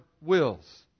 wills